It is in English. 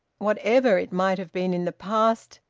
whatever it might have been in the past,